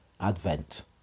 Advent